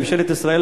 מממשלת ישראל,